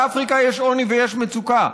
באפריקה יש עוני ויש מצוקה,